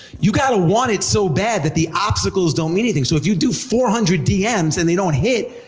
you gotta want it so bad that the obstacles don't mean anything. so if you do four hundred dm's and they don't hit,